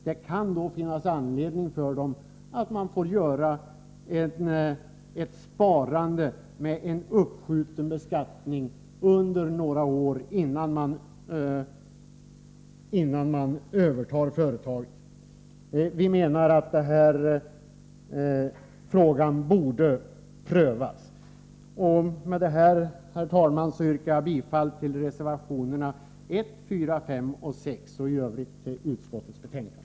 Det kan då finnas anledning att medge att beskattningen av sparandet skjuts upp några år innan den nye ägaren övertar företaget. Vi menar att den här frågan borde prövas. Herr talman! Med det anförda yrkar jag bifall till reservationerna 1, 4, 5 och 6 och i övrigt till hemställan i utskottets betänkande.